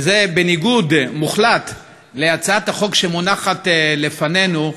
וזה בניגוד מוחלט להצעת החוק שמונחת לפנינו.